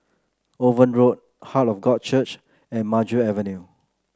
Owen Road Heart of God Church and Maju Avenue